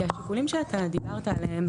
כי השיקולים שאתה דיברת עליהם,